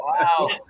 Wow